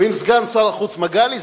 ועם סגן שר החוץ מגלי,